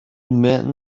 men